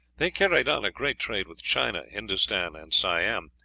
they carried on a great trade with china, hindoostan, and siam,